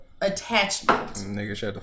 attachment